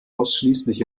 ausschließlich